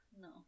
no